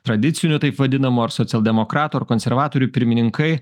tradicinių taip vadinamų ar socialdemokratų ar konservatorių pirmininkai